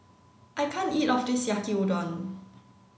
I can't eat all of this Yaki Udon